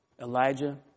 Elijah